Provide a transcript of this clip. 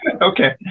Okay